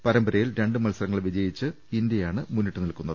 പരമ്പരയിൽ രണ്ട് മത്സരങ്ങൾ വിജയിച്ചു ഇന്ത്യയാണ് മുന്നിട്ടുനിൽക്കുന്നത്